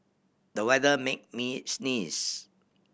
the weather made me sneeze